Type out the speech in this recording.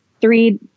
three